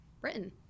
britain